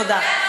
תודה.